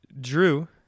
Drew